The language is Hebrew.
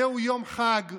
זהו יום חג,